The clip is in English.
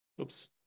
Oops